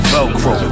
Velcro